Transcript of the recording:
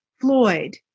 Floyd